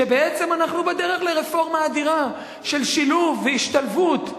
שבעצם אנחנו בדרך לרפורמה אדירה של שילוב והשתלבות.